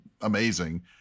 amazing